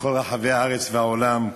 בכל רחבי הארץ ובעולם,